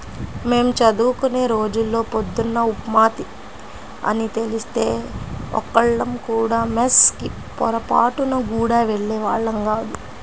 మేం చదువుకునే రోజుల్లో పొద్దున్న ఉప్మా అని తెలిస్తే ఒక్కళ్ళం కూడా మెస్ కి పొరబాటున గూడా వెళ్ళేవాళ్ళం గాదు